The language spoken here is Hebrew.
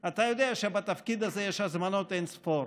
אתה יודע שבתפקיד הזה יש הזמנות אין-ספור,